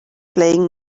playing